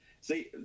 See